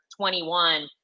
21